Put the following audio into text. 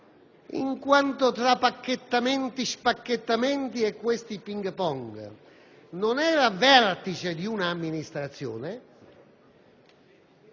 in quanto tra pacchettamenti, spacchettamenti e ping pong non era al vertice di una amministrazione